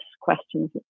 questions